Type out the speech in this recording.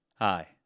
Hi